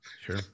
Sure